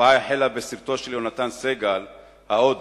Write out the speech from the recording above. התופעה החלה בסרטו של יהונתן סגל "אודם",